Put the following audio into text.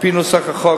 על-פי נוסח החוק,